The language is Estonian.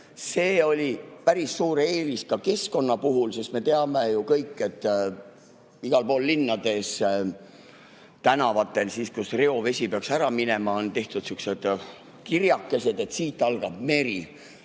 See on päris suur eelis ka keskkonna seisukohast. Me teame ju kõik, et igal pool linnades on tänavatel, kust reovesi peaks ära minema, sihukesed kirjakesed, et siit algab meri.